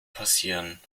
passieren